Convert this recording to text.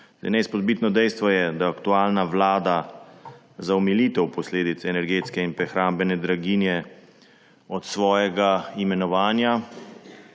Neizpodbitno dejstvo je, da aktualna vlada za omilitev posledic energetske in prehrambne draginje od svojega imenovanja